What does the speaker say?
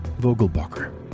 vogelbacher